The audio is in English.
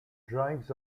drives